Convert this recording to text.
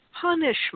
punishment